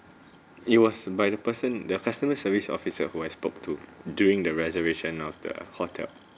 it was by the person their customer service officer who I spoke to during the reservation of the hotel